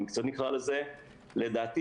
לדעתי,